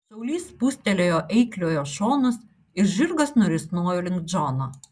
šaulys spūstelėjo eikliojo šonus ir žirgas nurisnojo link džono